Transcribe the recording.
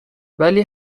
ولی